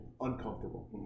uncomfortable